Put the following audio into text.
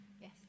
Yes